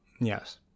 Yes